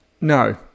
no